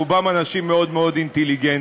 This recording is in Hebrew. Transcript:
רובם אנשים מאוד מאוד אינטליגנטיים,